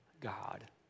God